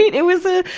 it was a,